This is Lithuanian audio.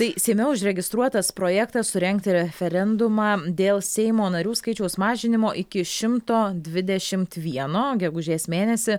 tai seime užregistruotas projektas surengti referendumą dėl seimo narių skaičiaus mažinimo iki šimto dvidešimt vieno gegužės mėnesį